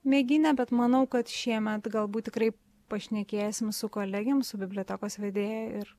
mėginę bet manau kad šiemet galbūt tikrai pašnekėsim su kolegėm su bibliotekos vedėja ir